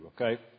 okay